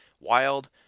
Wild